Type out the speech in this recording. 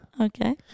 Okay